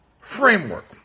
framework